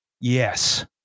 Yes